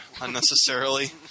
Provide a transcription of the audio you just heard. unnecessarily